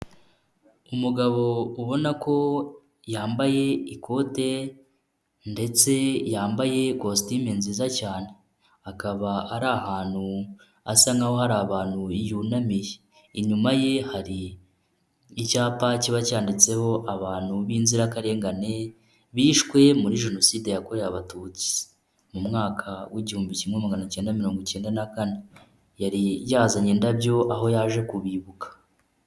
Umugabo ubona ko yambaye ikote ndetse yambaye kositimu nziza cyane, akaba ari ahantu hasa nk'aho hari abantu yunamiye, inyuma ye hari icyapa kiba cyanditseho abantu b'inzirakarengane bishwe muri Jenoside yakorewe Abatutsi, mu mwaka w'igihumbi kimwe magana cyenda mirongo cyenda na kane, yari yazanye indabyo aho yaje kubibuka.